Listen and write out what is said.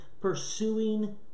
pursuing